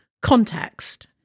context